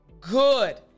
good